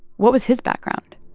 what was his background?